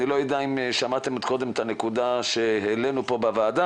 אני לא יודע אם שמעתם את הנקודה שהעלינו כאן בוועדה,